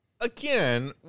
again